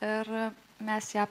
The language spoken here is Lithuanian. ir mes ją